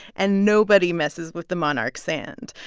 and nobody messes with the monarch's sand.